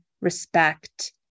respect